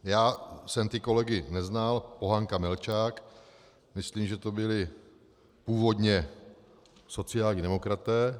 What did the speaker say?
Já jsem ty kolegy neznal Pohanka, Melčák, myslím, že to byli původně sociální demokraté.